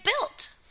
built